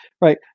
right